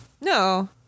No